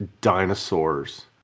dinosaurs